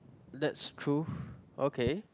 that's true okay